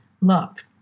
love